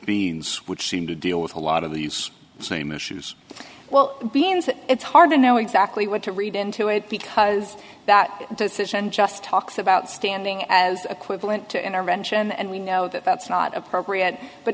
beings which seem to deal with a lot of these same issues well being is that it's hard to know exactly what to read into it because that decision just talks about standing as a quick point to intervention and we know that that's not appropriate but